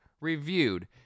reviewed